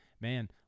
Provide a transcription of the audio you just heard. man